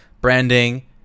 branding